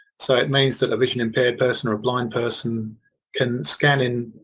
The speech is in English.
so it means that a vision impaired person or a blind person can scan in.